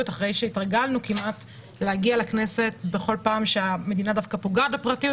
אחרי שהתרגלנו כמעט להגיע לכנסת בכל פעם שהמדינה דווקא פוגעת בפרטיות,